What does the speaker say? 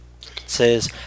Says